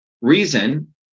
reason